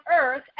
earth